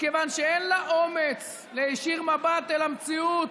מכיוון שאין לה אומץ להישיר מבט אל המציאות